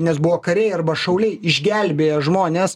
nes buvo kariai arba šauliai išgelbėja žmones